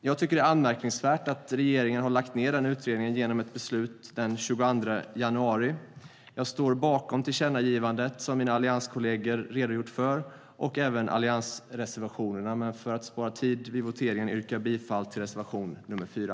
Jag tycker att det är anmärkningsvärt att regeringen har lagt ned den utredningen genom ett beslut den 22 januari. Jag står bakom tillkännagivandet som mina allianskolleger redogjort för och även alliansreservationerna, men för att spara tid vid voteringen yrkar jag bifall endast till reservation 4.